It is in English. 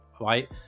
right